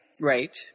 right